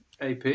AP